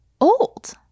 old